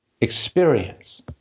experience